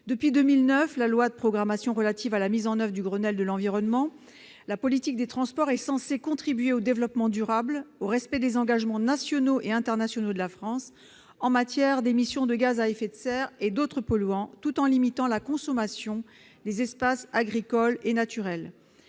Depuis 2009 et la loi de programmation relative à la mise en oeuvre du Grenelle de l'environnement, la politique des transports est censée contribuer au développement durable et au respect des engagements nationaux et internationaux de la France en matière d'émission de gaz à effet de serre et d'autres polluants, tout en limitant la consommation des espaces agricoles et naturels.